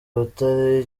butare